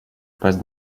passe